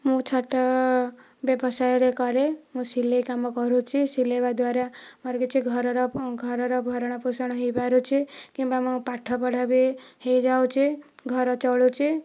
ମୁଁ ଛୋଟ ବ୍ୟବସାୟରେ କରେ ମୁଁ ସିଲେଇ କାମ କରୁଛି ସିଲେଇବା ଦ୍ୱାରା ମୋର କିଛି ଘରର ଘରର ଭରଣ ପୋଷଣ ହୋଇପାରୁଛି କିମ୍ବା ମୋ ପାଠ ପଢ଼ା ବି ହୋଇଯାଉଛି ଘର ଚଳୁଛି